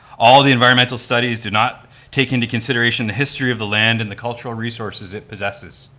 all the environmental studies do not take into consideration the history of the land and the cultural resources it possesses.